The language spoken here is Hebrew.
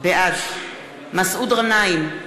בעד מסעוד גנאים,